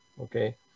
okay